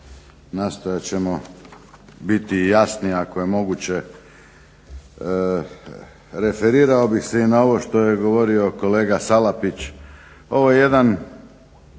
Ovo je jedan